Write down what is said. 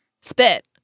Spit